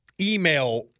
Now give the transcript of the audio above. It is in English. email